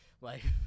life